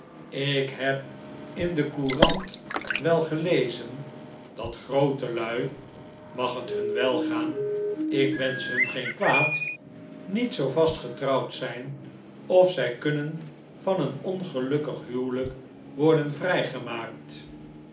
ik heb in de courant wel gelezen dat groote lui mag het hun welgaan ik wensch hun geen kwaad niet zoo vast getrouwd zijn of z ij kunnen van een ongelukkig huwelijk worden vrijgemaakt